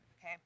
okay